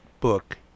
book